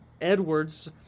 Edwards